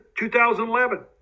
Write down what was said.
2011